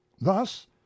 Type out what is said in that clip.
Thus